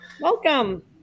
welcome